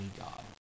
God